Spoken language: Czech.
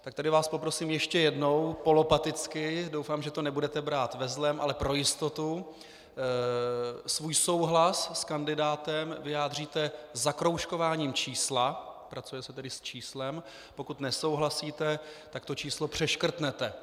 Tak tady vás poprosím ještě jednou, polopaticky, doufám, že to nebudete brát ve zlém, ale pro jistotu: svůj souhlas s kandidátem vyjádříte zakroužkováním čísla pracuje se tedy s číslem , pokud nesouhlasíte, tak to číslo přeškrtnete.